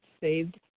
saved